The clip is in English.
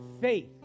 faith